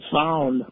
found